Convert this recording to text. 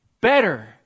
better